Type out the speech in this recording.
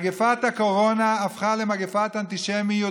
מגפת הקורונה הפכה למגפת אנטישמיות,